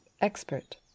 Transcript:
expert